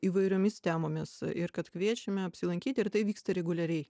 įvairiomis temomis ir kad kviečiame apsilankyti ir tai vyksta reguliariai